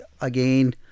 again